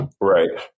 Right